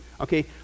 Okay